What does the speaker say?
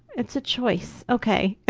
it's a choice, ok.